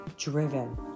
driven